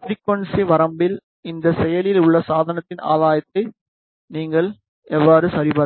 frequency வரம்பில் இந்த செயலில் உள்ள சாதனத்தின் ஆதாயத்தை நீங்கள் எவ்வாறு சரிபார்க்கலாம்